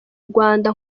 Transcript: rwanda